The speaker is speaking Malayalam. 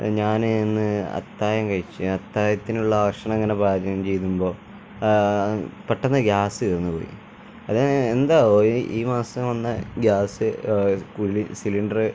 അത് ഞാൻ എന്ന് അത്താഴം കഴിച്ച് അത്താഴത്തിനുള്ള ഭക്ഷണം ഇങ്ങനെ പാചകം ചെയ്തുമ്പോൾ പെട്ടെന്ന് ഗ്യാസ് തീർന്ന് പോയി അത് എന്താവോ ഈ ഈ മാസം വന്ന ഗ്യാസ് കൂടുതൽ സിലിണ്ടറ്